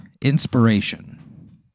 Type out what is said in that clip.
inspiration